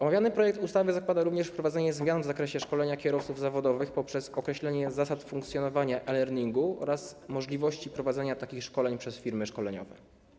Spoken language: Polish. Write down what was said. Omawiany projekt ustawy zakłada również wprowadzenie zmian w zakresie szkolenia kierowców zawodowych poprzez określenie zasad funkcjonowania e-learningu oraz możliwości prowadzenia takich szkoleń przez firmy szkoleniowe.